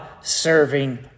serving